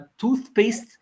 toothpaste